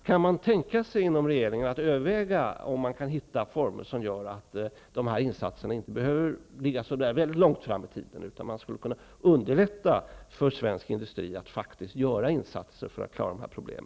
Kan man tänka sig att inom regeringen överväga om man kan hitta former som gör att dessa insatser inte behöver ligga så väldigt långt fram i tiden? Man skulle kunna underlätta för svensk industri att faktiskt göra insatser för att lösa dessa problem i Baltikum.